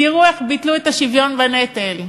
תראו איך ביטלו את השוויון בנטל,